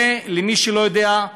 למי שלא יודע,